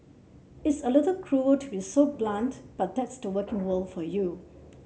it's a little cruel to be so blunt but that's the working world for you